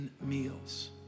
meals